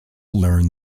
learn